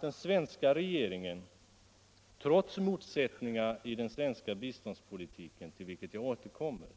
Den svenska regeringen ger — trots motsättningar i den svenska biståndspolitiken, vilket jag återkommer